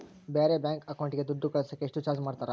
ಬೇರೆ ಬ್ಯಾಂಕ್ ಅಕೌಂಟಿಗೆ ದುಡ್ಡು ಕಳಸಾಕ ಎಷ್ಟು ಚಾರ್ಜ್ ಮಾಡತಾರ?